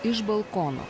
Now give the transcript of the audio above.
iš balkono